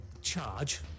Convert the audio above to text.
charge